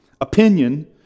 opinion